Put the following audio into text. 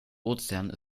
ozeans